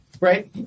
right